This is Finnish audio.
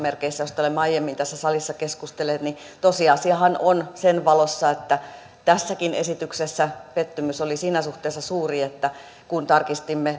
josta olemme aiemmin tässä salissa keskustelleet mutta tosiasiahan on sen valossa että tässäkin esityksessä pettymys oli siinä suhteessa suuri että kun tarkistimme